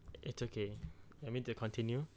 it's okay let me to continue